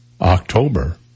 October